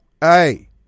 hey